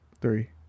three